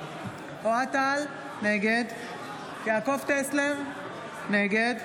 נגד יעקב טסלר, נגד